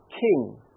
king